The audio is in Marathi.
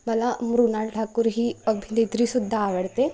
मला मृणाल ठाकूर ही अभिनेत्री सुद्धा आवडते